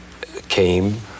came